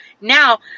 Now